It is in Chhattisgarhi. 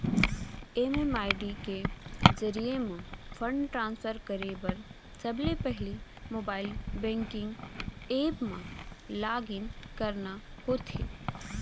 एम.एम.आई.डी के जरिये म फंड ट्रांसफर करे बर सबले पहिली मोबाइल बेंकिंग ऐप म लॉगिन करना होथे